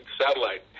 satellite